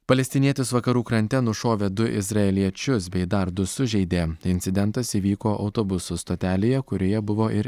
palestinietis vakarų krante nušovė du izraeliečius bei dar du sužeidė incidentas įvyko autobusų stotelėje kurioje buvo ir